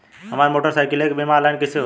हमार मोटर साईकीलके बीमा ऑनलाइन कैसे होई?